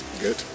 Good